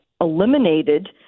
eliminated